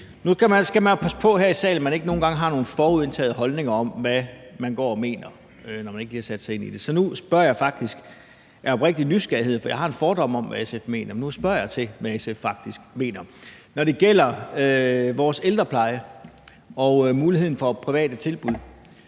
Nu skal man jo passe på her i salen, at man ikke nogle gange har nogle forudindtagede holdninger om, hvad andre går og mener, når man ikke lige har sat sig ind i det. Så nu spørger jeg faktisk af oprigtig nysgerrighed, for jeg har en fordom om, hvad SF mener, men nu spørger jeg om, hvad SF faktisk mener: Når det gælder vores ældrepleje og muligheden for private tilbud,